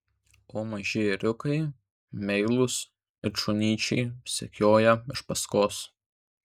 o maži ėriukai meilūs it šunyčiai sekioja iš paskos